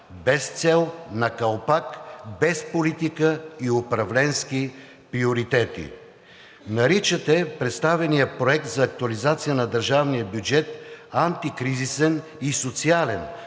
без цел, на калпак, без политика и управленски приоритети. Наричате представения проект за актуализация на държавния бюджет антикризисен и социален,